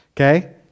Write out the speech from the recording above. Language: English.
okay